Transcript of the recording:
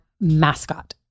mascot